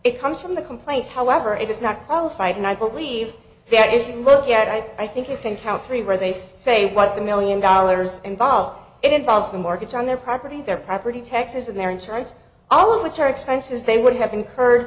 it comes from the complaints however it is not all fight and i believe that if you look at it i think you think how free were they say what the million dollars involved it involves the mortgage on their property their property taxes and their insurance all of which are expenses they would have incurred